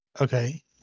Okay